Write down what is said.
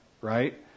right